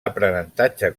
aprenentatge